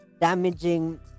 damaging